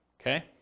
Okay